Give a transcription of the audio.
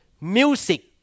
Music